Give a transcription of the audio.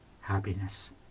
happiness